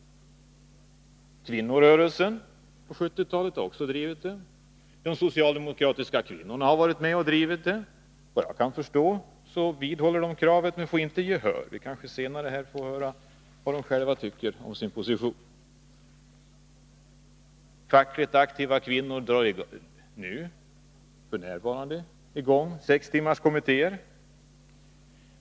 Kvinnorörelsen under 1970-talet har också drivit kravet. De socialdemokratiska kvinnorna har varit med och drivit det. Såvitt jag förstår vidhåller de kravet men får inte gehör. Vi kanske senare får höra vad de själva tycker om sin position. Fackligt aktiva kvinnor drar f. n. i gång sextimmarskommittéer.